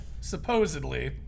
supposedly